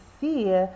see